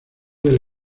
del